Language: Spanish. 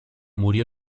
murió